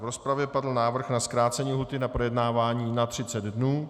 V rozpravě padl návrh na zkrácení lhůty na projednávání na 30 dnů.